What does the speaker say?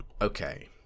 okay